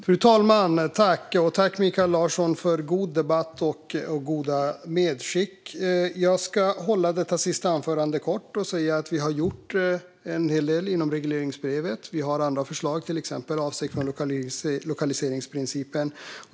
Fru talman! Tack, Mikael Larsson, för en god debatt och goda medskick! Jag ska hålla detta sista anförande kort och säga att vi har gjort en hel del inom regleringsbrevet. Vi har andra förslag, till exempel avsteg från lokaliseringsprincipen.